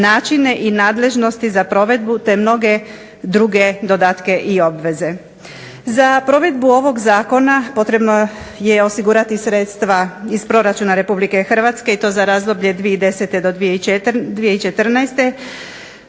načine i nadležnosti za provedbu te mnoge druge dodatke i obveze. Za provedbu ovog Zakona potrebno je osigurati sredstva iz proračuna Republike Hrvatske i to za razdoblje 2010. i 2014.